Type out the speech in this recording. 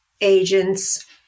agents